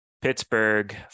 Pittsburgh